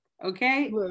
Okay